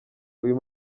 uyu